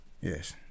Yes